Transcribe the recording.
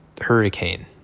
hurricane